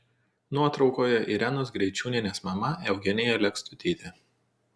nuotraukoje irenos greičiūnienės mama eugenija lekstutytė